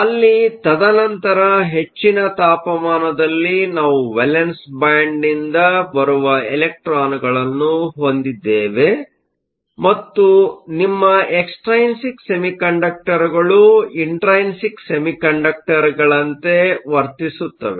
ಅಲ್ಲಿ ತದನಂತರ ಹೆಚ್ಚಿನ ತಾಪಮಾನದಲ್ಲಿ ನಾವು ವೇಲೆನ್ಸ್ ಬ್ಯಾಂಡ್ನಿಂದ ಬರುವ ಎಲೆಕ್ಟ್ರಾನ್ಗಳನ್ನು ಹೊಂದಿದ್ದೇವೆ ಮತ್ತು ನಿಮ್ಮ ಎಕ್ಸ್ಟ್ರೈನ್ಸಿಕ್ ಸೆಮಿಕಂಡಕ್ಟರ್ಗಳು ಇಂಟ್ರೈನ್ಸಿಕ್ ಸೆಮಿಕಂಡಕ್ಟರ್ಗಳಂತೆ ವರ್ತಿಸುತ್ತವೆ